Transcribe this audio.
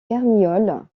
carniole